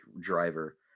driver